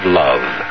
love